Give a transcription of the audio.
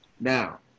Now